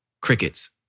Crickets